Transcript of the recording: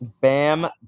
Bam